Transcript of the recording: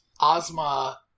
Ozma